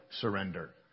surrender